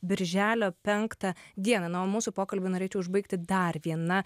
birželio penktą dieną na o mūsų pokalbį norėčiau užbaigti dar viena